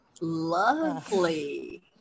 Lovely